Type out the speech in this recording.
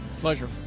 Pleasure